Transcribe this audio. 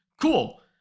Cool